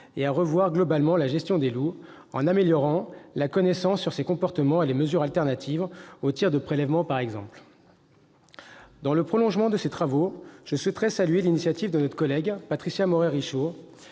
et à revoir globalement la gestion des loups, en améliorant la connaissance de leurs comportements et les mesures alternatives aux tirs de prélèvement, par exemple. Dans le prolongement de ces travaux, je souhaiterais saluer l'initiative de notre collègue Patricia Morhet-Richaud,